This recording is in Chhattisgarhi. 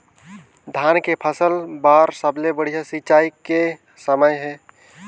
धान के फसल बार सबले बढ़िया सिंचाई करे के समय हे?